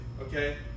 okay